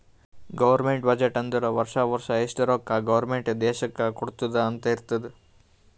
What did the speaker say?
government budget ಅಂದುರ್ ವರ್ಷಾ ವರ್ಷಾ ಎಷ್ಟ ರೊಕ್ಕಾ ಗೌರ್ಮೆಂಟ್ ದೇಶ್ಕ್ ಕೊಡ್ತುದ್ ಅಂತ್ ಇರ್ತುದ್